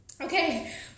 Okay